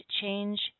change